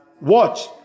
watch